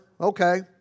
Okay